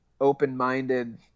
open-minded